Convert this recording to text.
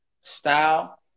style